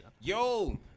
Yo